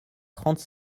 trente